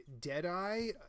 Deadeye